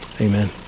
amen